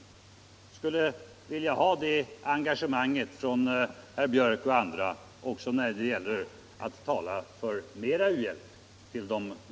Jag skulle vilja ha det engagemanget från herr Björck och andra också när det gäller att tala för mera u-hjälp.